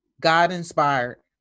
God-inspired